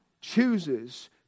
chooses